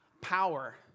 power